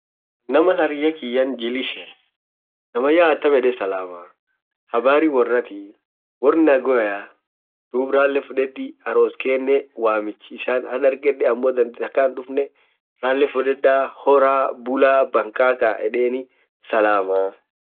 maal naam hariyya kiyyan jill isheen, attam edee salamaa? habarri worra eedan, woar nagheaa edan duub ralle fuddedi aross keeneen waamich issa hadargedee amoo taakaa hindufnee ralle fudedda horra, bullaa bankakaa eddeni salamaa.